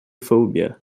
phobia